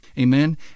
amen